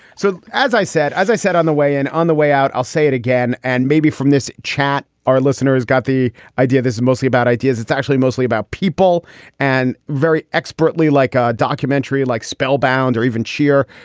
so as i said, as i said on the way in, on the way out, i'll say it again. and maybe from this chat, our listener has got the idea. this is mostly about ideas. it's actually mostly about people and very expertly like ah documentary, like spellbound or even cheer.